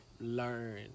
learn